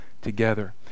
together